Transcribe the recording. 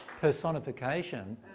personification